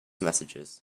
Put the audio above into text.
messages